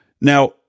Now